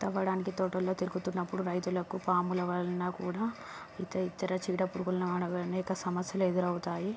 తవ్వడానికి తోటలో తిరుగుతున్నప్పుడు రైతులకు పాముల వలన కూడా ఇత ఇతర చీడపురుగుల రావడం వలన అనేక సమస్యలు ఎదురవుతాయి